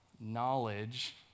knowledge